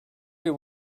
you